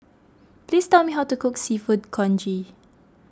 please tell me how to cook Seafood Congee